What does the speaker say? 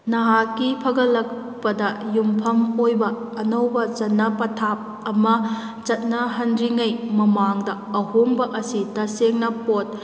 ꯅꯍꯥꯛꯀꯤ ꯐꯒꯠꯂꯛꯄꯗ ꯌꯨꯝꯐꯝ ꯑꯣꯏꯕ ꯑꯅꯧꯕ ꯆꯠꯅ ꯄꯊꯥꯞ ꯑꯃ ꯆꯠꯅꯍꯟꯗ꯭ꯔꯤꯉꯒꯤ ꯃꯃꯥꯡꯗ ꯑꯍꯣꯡꯕ ꯑꯁꯤ ꯇꯁꯦꯡꯅ ꯄꯣꯠ